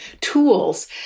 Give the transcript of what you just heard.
tools